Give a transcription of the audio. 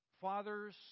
fathers